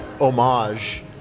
homage